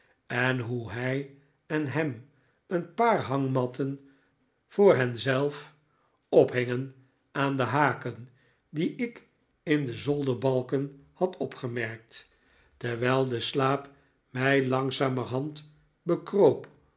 en hoe hij en ham een paar hangmatten voor hen zelf ophingen aan de haken die ik in de zolderbalken had opgemerkt terwijl de slaap mij langzamerhand bekroop